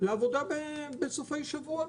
לעבודה בסופי שבוע.